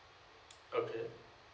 okay